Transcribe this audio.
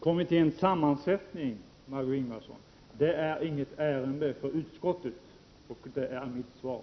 Kommitténs sammansättning, Margé Ingvardsson, är inget ärende för utskottet, det är mitt svar.